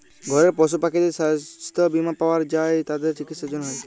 ঘরের পশু পাখিদের ছাস্থ বীমা পাওয়া যায় তাদের চিকিসার জনহে